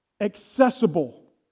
accessible